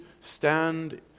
stand